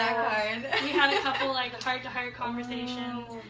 i mean had a couple like and heart-to-heart conversations.